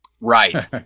Right